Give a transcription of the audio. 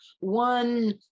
one